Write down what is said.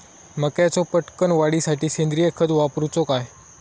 मक्याचो पटकन वाढीसाठी सेंद्रिय खत वापरूचो काय?